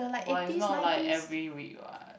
but it's not like every week what